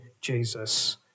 Jesus